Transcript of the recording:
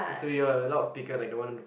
so you're loudspeaker like the one on the